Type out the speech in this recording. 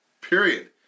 period